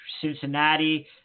Cincinnati